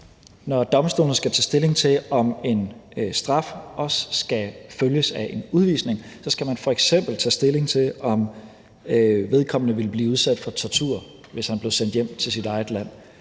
når domstolene skal tage stilling til, om en straf også skal følges af en udvisning, så skal de f.eks. tage stilling til, om vedkommende ville blive udsat for tortur, hvis han blev sendt hjem til sit eget land.